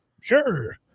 Sure